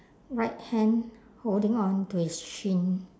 right hand holding on to his chin